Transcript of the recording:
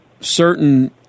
certain